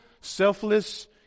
selfless